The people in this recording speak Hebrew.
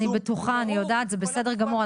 אני בטוחה ואני יודעת, זה בסדר גמור.